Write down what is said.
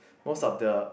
most of the